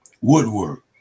Woodwork